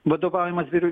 vadovaujamas vyriau